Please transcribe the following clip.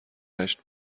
هشت